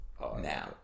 Now